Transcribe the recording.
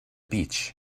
beach